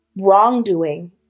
wrongdoing